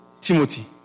Timothy